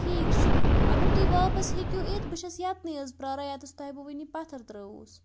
ٹھیٖک چھُ اگر تُہۍ واپَس ہیٚکِو یِتھ بہٕ چھس یَتنٕے حظ پَراران یَتَس تۄہہِ بہٕ وٕنی پَتھَر ترٛٲووس